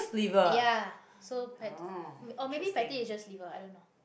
ya so pat oh maybe pate is just liver I don't know